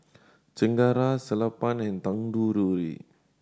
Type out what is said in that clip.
Chengara Sellapan and Tanguturi